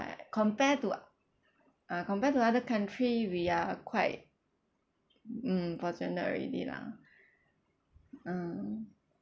compare to uh compare to other country we are quite mm fortunate already lah ah